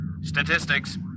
Statistics